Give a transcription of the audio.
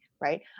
right